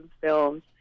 films